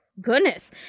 Goodness